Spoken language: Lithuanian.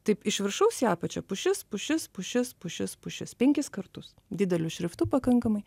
taip iš viršaus į apačią pušis pušis pušis pušis pušis penkis kartus dideliu šriftu pakankamai